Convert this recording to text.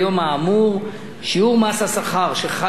שיעור מס השכר שחל על מלכ"רים לא שונה,